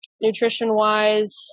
nutrition-wise